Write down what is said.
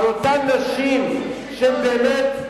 על אותן נשים שהן באמת,